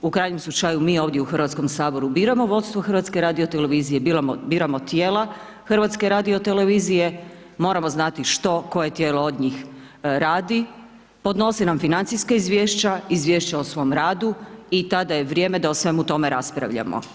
U krajnjem slučaju mi ovdje u Hrvatskom saboru biramo vodstvo HRT-a, biramo tijela HRT-a, moramo znati što, koje tijelo od njih radi, podnosi nam financijska izvješća, izvješća o svom radu i tada je vrijeme da o svemu tome raspravljamo.